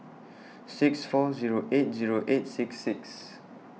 six four Zero eight Zero eight six six